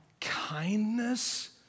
kindness